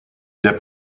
der